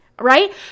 right